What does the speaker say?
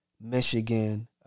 Michigan